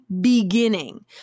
beginning